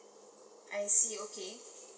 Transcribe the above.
I see okay